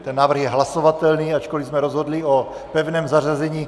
Ten návrh je hlasovatelný, ačkoliv jsme rozhodli o pevném zařazení.